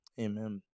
Amen